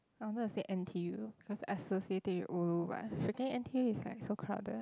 I wanted to say n_t_u cause Esther say ulu what freaking n_t_u is like so crowded